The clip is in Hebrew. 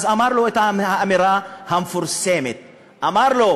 אז הוא אמר לו את האמירה המפורסמת (אומר דברים